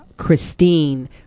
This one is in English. Christine